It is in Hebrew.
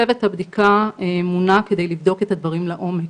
צוות הבדיקה מונה כדי לבדוק את הדברים לעומק.